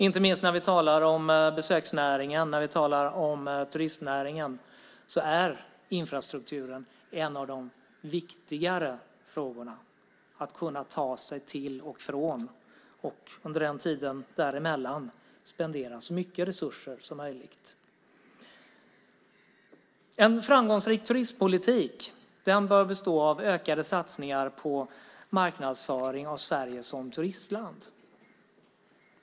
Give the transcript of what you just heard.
Inte minst när vi talar om besöksnäringen och turismnäringen är infrastrukturen en av de viktigare frågorna - att ta sig till och från, och under den tiden däremellan spendera så mycket resurser som möjligt. En framgångsrik turistpolitik bör bestå av ökade satsningar på marknadsföring av Sverige som turistland.